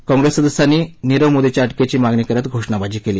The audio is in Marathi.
काँप्रेस सदस्यांनी नीरव मोदीच्या अटकेची मागणी करत घोषणाबाजी केली